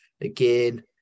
again